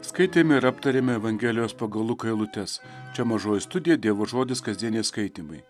skaitėme ir aptarėme evangelijos pagal luką eilutes čia mažoji studija dievo žodis kasdieniai skaitymai